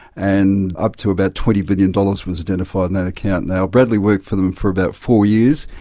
and up to about twenty billion dollars was identified in that account. now, bradley worked for them for about four years,